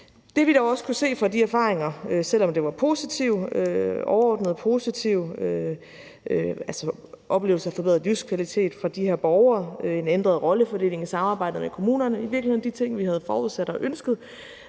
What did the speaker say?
Det, vi dog også kunne se af de erfaringer, selv om de overordnet var positive – altså oplevelse af forbedret livskvalitet for de her borgere, en ændret rollefordeling i samarbejdet med kommunerne, i virkeligheden de ting, vi havde forudsat og ønsket